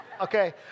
Okay